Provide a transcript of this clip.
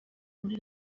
muri